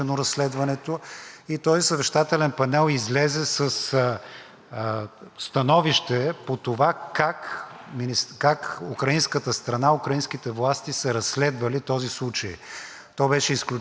как украинската страна, украинските власти са разследвали този случай. То беше изключително критично и мога тук да кажа, че очевидно и прокуратурата на Украйна, и съответните служби